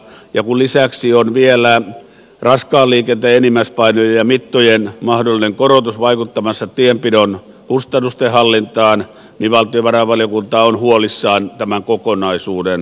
kun lisäksi on vielä raskaan liikenteen enimmäispainojen ja mittojen mahdollinen korotus vaikuttamassa tienpidon kustannusten hallintaan niin valtiovarainvaliokunta on huolissaan tämän kokonaisuuden osasta